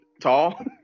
tall